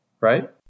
right